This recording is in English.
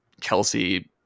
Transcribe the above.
Kelsey